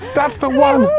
that's the one.